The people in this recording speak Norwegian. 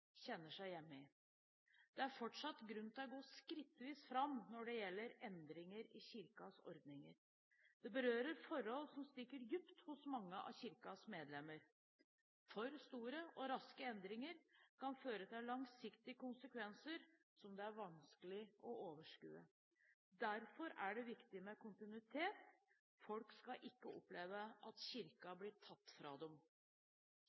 Det er fortsatt grunn til å gå skrittvis fram når det gjelder endringer i Kirkens ordninger. Det berører forhold som stikker dypt hos mange av Kirkens medlemmer. For store og raske endringer kan føre til langsiktige konsekvenser som det er vanskelig å overskue. Derfor er det viktig med kontinuitet. Folk skal ikke oppleve at